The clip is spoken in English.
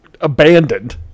abandoned